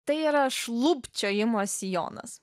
tai yra šlubčiojimo sijonas